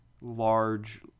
large